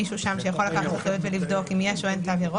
מישהו שיכול לקחת אחריות ולבדוק אם יש או אין תו ירוק,